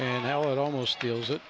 and how it almost feels